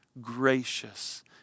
Gracious